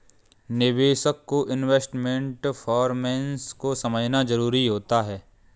निवेशक को investment performance को समझना जरुरी होता है